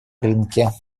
рынке